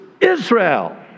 Israel